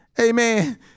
Amen